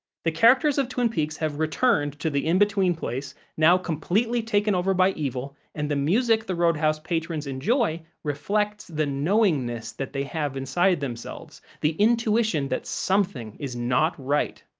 the characters of twin peaks have returned to the in-between place, now completely taken over by evil, and the music the roadhouse patrons enjoy reflects the knowingness that they have inside themselves, the intuition that something is not right.